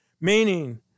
meaning